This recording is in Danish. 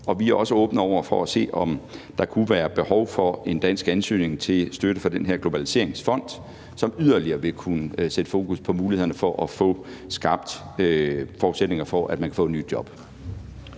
Vi er også åbne over for at se, om der kunne være behov for en dansk ansøgning til støtte fra den her Globaliseringsfond, som yderligere vil kunne sætte fokus på mulighederne for at få skabt forudsætninger for, at man kan få et nyt job.